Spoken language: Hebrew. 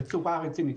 כל הכבוד.